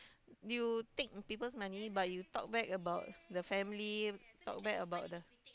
you take people's money but you talk bad about the family talk back about the